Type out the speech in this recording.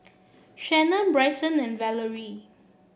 Shanna Bryson and Valerie